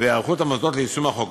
והיערכות של המוסדות ליישום החוק,